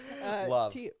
Love